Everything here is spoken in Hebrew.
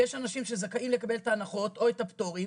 כי יש אנשים שזכאים לקבל את ההנחות או את הפטורים,